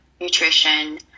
nutrition